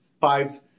five